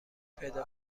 پیدا